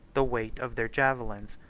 the weight of their javelins,